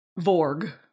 vorg